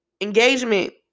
engagement